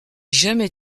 jamais